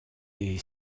est